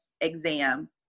exam